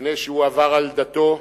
לפני שהוא עבר על דתו,